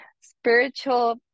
spiritual